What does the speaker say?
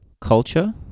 culture